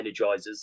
energizers